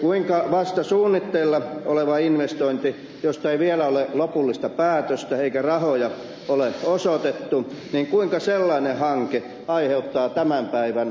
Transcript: kuinka vasta suunnitteilla oleva investointi josta ei vielä ole lopullista päätöstä eikä rahoja ole osoitettu kuinka sellainen hanke aiheuttaa tämän päivän raideliikenneongelmat